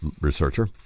researcher